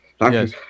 Yes